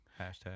Hashtag